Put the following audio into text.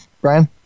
Brian